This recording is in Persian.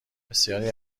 بسیاری